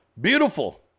Beautiful